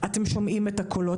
אתם שומעים את הקולות,